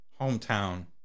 hometown